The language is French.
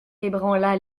ébranla